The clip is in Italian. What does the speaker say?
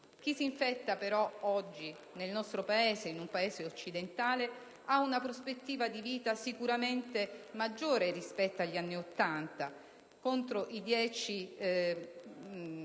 Chi si infetta però oggi nel nostro Paese, in un Paese occidentale, ha una prospettiva di vita sicuramente maggiore (trent'anni) rispetto a quella